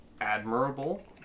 admirable